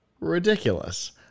ridiculous